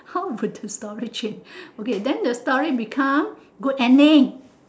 how would the story change okay then the story become good ending